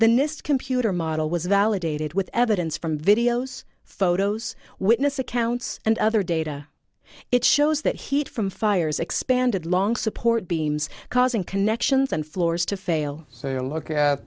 nist computer model was validated with evidence from videos photos witness accounts and other data it shows that heat from fires expanded long support beams causing connections and floors to fail so you look